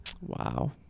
wow